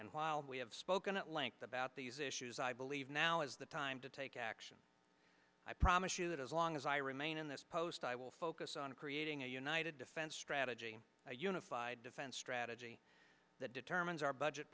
and while we have spoken at length about these issues i believe now is the time to take action i promise you that as long as i remain in this post i will focus on creating a united defense strategy a unified defense strategy that determines our budget